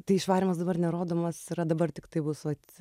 tai išvarymas dabar nerodomas yra dabar tiktai bus vat